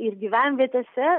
ir gyvenvietėse